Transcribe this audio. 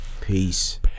Peace